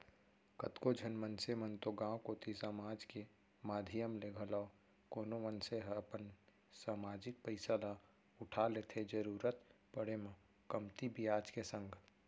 कतको झन मनसे मन तो गांव कोती समाज के माधियम ले घलौ कोनो मनसे ह अपन समाजिक पइसा ल उठा लेथे जरुरत पड़े म कमती बियाज के संग